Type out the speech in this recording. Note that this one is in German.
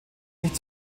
nicht